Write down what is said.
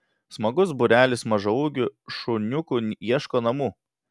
smagus būrelis mažaūgių šuniukų ieško namų